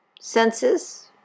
senses